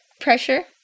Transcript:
pressure